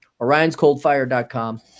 orionscoldfire.com